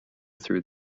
through